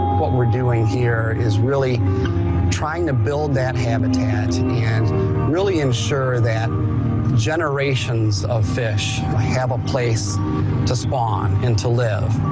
what we're doing here is really trying to build that habitat and really ensure that generations of fish have a place to spawn and to live.